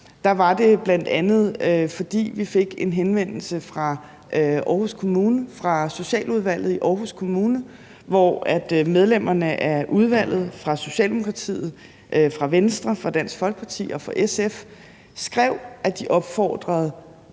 var det bl.a., fordi vi fik en henvendelse fra Aarhus Kommune, fra Socialudvalget i Aarhus Kommune, hvor medlemmerne af udvalget, fra Socialdemokratiet, fra Venstre, fra Dansk Folkeparti og fra SF, skrev, at de opfordrede